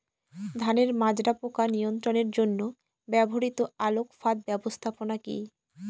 ধানের মাজরা পোকা নিয়ন্ত্রণের জন্য ব্যবহৃত আলোক ফাঁদ ব্যবস্থাপনা কি?